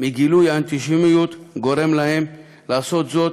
מגילויי האנטישמיות גורם להם לעשות זאת,